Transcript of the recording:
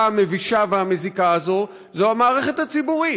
המבישה והמזיקה הזאת זו המערכת הציבורית: